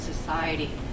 society